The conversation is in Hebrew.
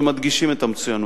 שמדגישים את המצוינות,